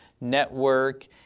network